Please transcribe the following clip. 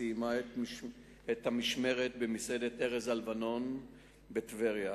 שסיימה את המשמרת במסעדת "ארז הלבנון" בטבריה,